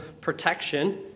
protection